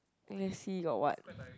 let me see got what